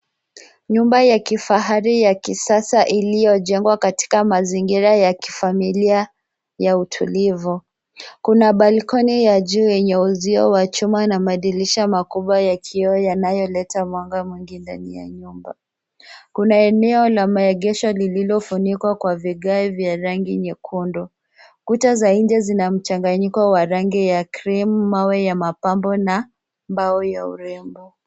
Nyumba ya kifahari ya kisasa ilio jengwa katika mazingira ya kifamilia ya utulivu. Kuna balkoni ya juu yenye uzio wa chuma na madirisha makubwa ya kioo yanayoleta mwanga mwingi ndani ya nyumba. Kuna eneo la maegesho lililofunikwa kwa vigae vya rangi nyekundu, kuta za nje zina mchanganyiko wa rangi ya cream , mawe ya mapambo na mbao ya urembo.